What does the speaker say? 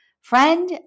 friend